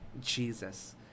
Jesus